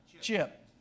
Chip